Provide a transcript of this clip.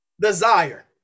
desire